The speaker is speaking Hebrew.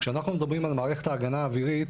כשאנחנו מדברים על מערכת ההגנה האווירית,